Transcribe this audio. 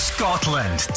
Scotland